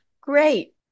Great